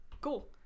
Cool